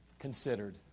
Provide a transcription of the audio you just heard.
Considered